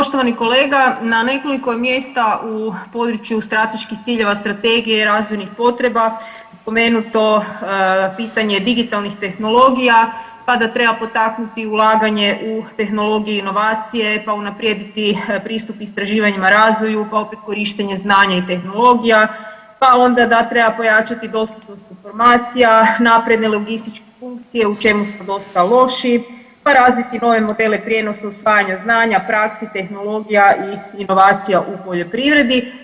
Poštovani kolega, na nekoliko mjesta u području strateških ciljeva strategije razvojnih potreba, spomenuto pitanje digitalnih tehnologija, pa da treba potaknuti ulaganje u tehnologije inovacije, pa unaprijediti pristup istraživanjima i razvoju, pa opet korištenje znanja i tehnologija, pa onda da treba pojačati dostupnost informacija, napredne logističke funkcije u čemu smo dosta loši, pa razviti nove modele prijenosa usvajanja znanja, praksi, tehnologija i inovacija u poljoprivredi.